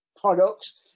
products